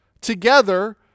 together